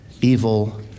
evil